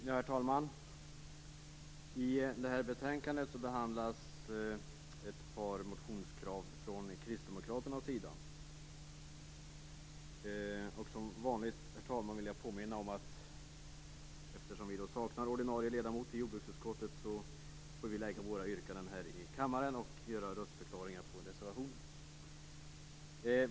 Herr talman! I detta betänkande behandlas ett par motionskrav från Kristdemokraterna. Som vanligt vill jag påminna om att vi kristdemokrater, eftersom vi inte har en ordinarie ledamot i jordbruksutskottet, får lägga fram våra yrkanden här i kammaren och även göra röstförklaringar beträffande reservationer.